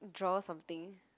draw something